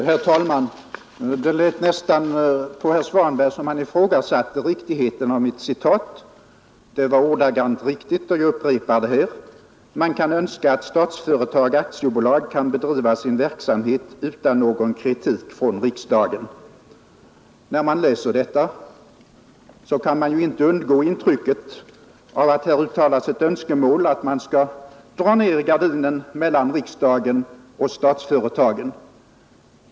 Herr talman! Det lät nästan på herr Svanberg som om han ifrågasatte riktigheten av mitt citat. Det var ordagrant riktigt. Jag upprepar det här: ”Man kan önska att Statsföretag AB kan bedriva sin verksamhet i lugn och ro utan någon kritik från riksdagen.” Den som läser detta kan ju inte undgå intrycket av att här uttalas ett önskemål att man skall dra ned gardinen mellan riksdagen och statsföretagen.